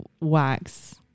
wax